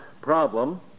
problem